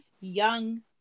young